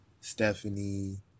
stephanie